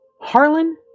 Harlan